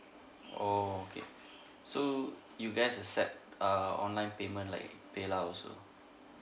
orh okay so you guys accept err online payment like paylah also